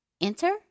Enter